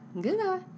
Goodbye